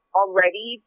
already